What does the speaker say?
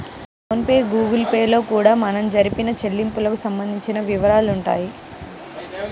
phone pay Google Pay లలో కూడా మనం జరిపిన చెల్లింపులకు సంబంధించిన వివరాలుంటాయి